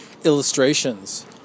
illustrations